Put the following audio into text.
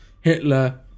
Hitler